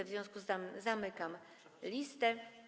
W związku z tym zamykam listę.